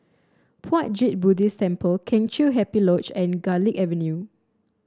Puat Jit Buddhist Temple Kheng Chiu Happy Lodge and Garlick Avenue